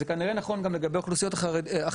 זה כנראה נכון גם לגבי אוכלוסיות אחרות,